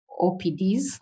OPDs